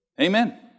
Amen